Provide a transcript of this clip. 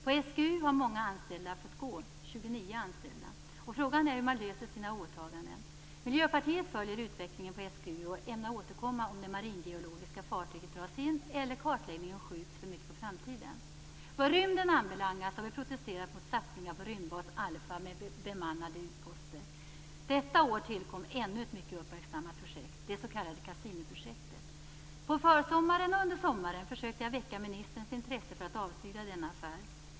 På SGU har många anställda, 29 personer, fått gå, och frågan är hur man löser sina åtaganden. Miljöpartiet följer utvecklingen på SGU och ämnar återkomma om den maringeologiska fartyget dras in eller kartläggningen skjuts för mycket på framtiden. Vad rymden anbelangar, så har vi protesterat mot satsningar på rymdbas alfa med bemannade utposter. Detta år tillkom ännu ett mycket uppmärksammat projekt. Det s.k. Cassiniprojektet. På försommaren och under sommaren försökte jag väcka ministerns intresse för att avstyra denna affär.